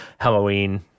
Halloween